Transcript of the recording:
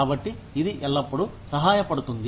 కాబట్టి ఇది ఎల్లప్పుడూ సహాయపడుతుంది